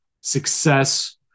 success